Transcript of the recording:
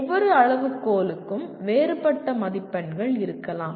ஒவ்வொரு அளவுகோலுக்கும் வேறுபட்ட மதிப்பெண்கள் இருக்கலாம்